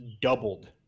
doubled